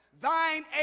thine